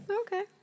Okay